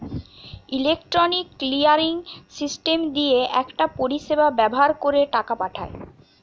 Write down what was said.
electronic clearing system দিয়ে একটা পরিষেবা ব্যাভার কোরে টাকা পাঠায়